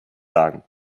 sagen